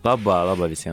laba laba visiems